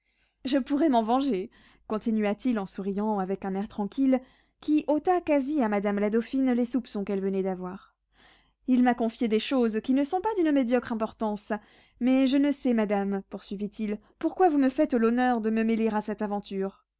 je pourrais m'en venger continua-t-il en souriant avec un air tranquille qui ôta quasi à madame la dauphine les soupçons qu'elle venait d'avoir il m'a confié des choses qui ne sont pas d'une médiocre importance mais je ne sais madame poursuivit-il pourquoi vous me faites l'honneur de me mêler à cette aventure